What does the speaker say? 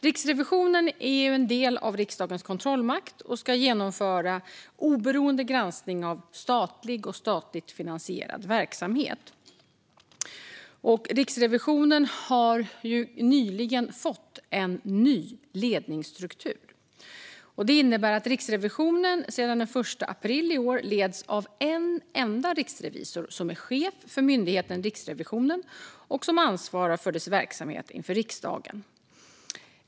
Riksrevisionen är en del av riksdagens kontrollmakt och ska genomföra oberoende granskning av statlig och statligt finansierad verksamhet. Riksrevisionen har nyligen fått en ny ledningsstruktur. Det innebär att Riksrevisionen sedan den 1 april i år leds av en enda riksrevisor, som är chef för myndigheten Riksrevisionen och som ansvarar för dess verksamhet inför riksdagen.